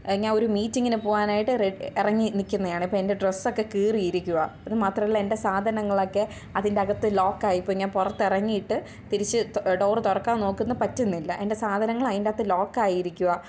ഞാൻ ഒരു മീറ്റിങ്ങിന് പോവാനായിട്ട് ഇറങ്ങി നിൽക്കുന്നതാണ് ഇപ്പോൾ എൻ്റെ ഡ്രെസ്സൊക്കെ കീറിയിരിക്കുകയാണ് അത് മാത്രമല്ല എൻ്റെ സാധനങ്ങളൊക്കെ അതിൻ്റെ അകത്ത് ലോക്കായിപ്പോയി ഞാൻ പുറത്ത് ഇറങ്ങിയിട്ട് തിരിച്ച് ഡോറ് തുറക്കാൻ നോക്കുന്നു പറ്റുന്നില്ല എൻ്റെ സാധനങ്ങൾ അതിൻ്റെ അകത്ത് ലോക്കായിരിക്കുകയാണ്